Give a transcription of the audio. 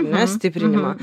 ar ne stiprinimą